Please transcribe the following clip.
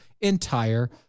entire